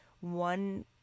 one